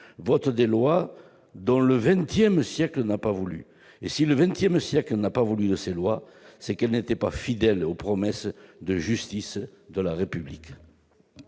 vote des lois dont le XX siècle n'a pas voulu. Et si le XXsiècle n'en a pas voulu, c'est que ces lois n'étaient pas fidèles aux promesses de justice de la République.